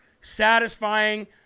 satisfying